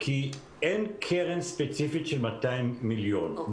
כי אין קרן ספציפית של 200 מיליון.